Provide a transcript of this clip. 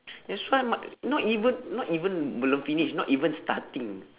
that's why mah not even not even belum finish not even starting